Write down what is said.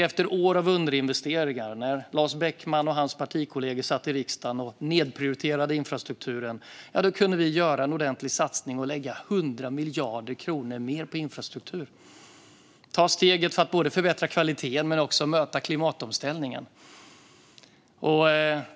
Efter år av underinvesteringar när Lars Beckman och hans partikollegor satt i riksdagen och nedprioriterade infrastrukturen kunde vi då göra en ordentlig satsning och lägga 100 miljarder kronor mer på infrastruktur och ta steget för att förbättra kvaliteten och även möta klimatomställningen.